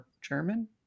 German